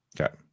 Okay